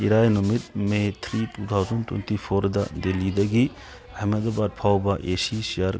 ꯏꯔꯥꯏ ꯅꯨꯃꯤꯠ May three two thousand twenty ꯐꯣꯔꯗ ꯗꯦꯜꯂꯤꯗꯒꯤ ꯑꯍꯃꯗꯥꯕꯥꯗ ꯐꯥꯎꯕ ꯑꯦ ꯁꯤ ꯆꯤꯌꯥꯔ